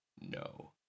No